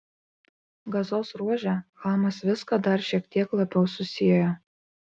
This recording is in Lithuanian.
gazos ruože hamas viską dar šiek tiek labiau susiejo